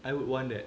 I would want that